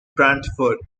brantford